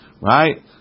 Right